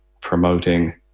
promoting